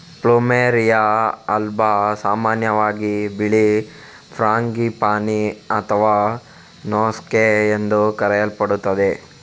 plumeria alba ಸಾಮಾನ್ಯವಾಗಿ ಬಿಳಿ frangipani ಅಥವಾ ನೋಸ್ಗೇ ಎಂದು ಕರೆಯಲ್ಪಡುತ್ತದೆ